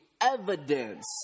evidence